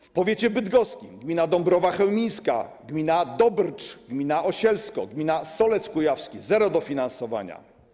W powiecie bydgoskim: gmina Dąbrowa Chełmińska, gmina Dobrcz, gmina Osielsko, gmina Solec Kujawski - zero dofinansowania.